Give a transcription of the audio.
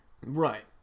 Right